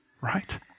right